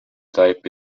type